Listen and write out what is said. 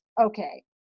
okay